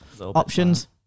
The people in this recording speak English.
options